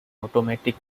automatic